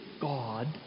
God